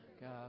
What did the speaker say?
God